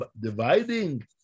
dividing